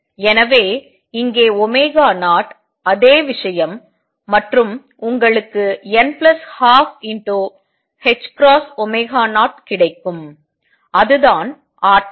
எனவே இங்கே 0 அதே விஷயம் மற்றும் உங்களுக்கு n12 0 கிடைக்கும் அதுதான் ஆற்றல்